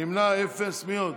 נמנעים, אפס.